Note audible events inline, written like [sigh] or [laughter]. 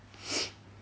[noise]